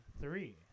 three